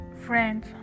friends